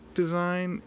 design